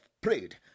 prayed